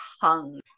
hung